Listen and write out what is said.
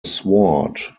sword